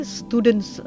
students